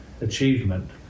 achievement